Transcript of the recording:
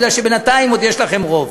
כי בינתיים עוד יש לכם רוב.